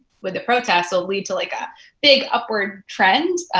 with the protests, will lead to like a big upward trend.